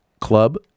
Club